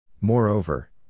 Moreover